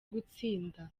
gusinda